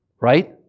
right